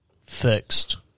fixed